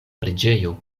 preĝejo